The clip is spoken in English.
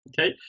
okay